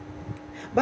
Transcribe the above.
but